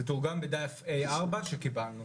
זה תורגם לדף A4 שקיבלנו.